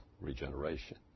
regeneration